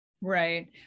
Right